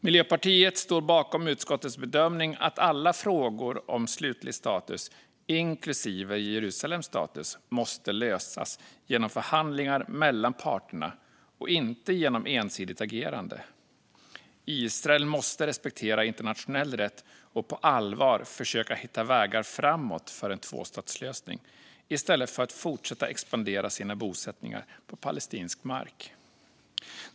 Miljöpartiet står bakom utskottets bedömning att alla frågor om slutlig status, inklusive Jerusalems status, måste lösas genom förhandlingar mellan parterna och inte genom ensidigt agerande. Israel måste respektera internationell rätt och på allvar försöka hitta vägar framåt för en tvåstatslösning, i stället för att fortsätta expandera sina bosättningar på palestinsk mark.